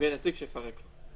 אין ספק שהמכשיר עצמו,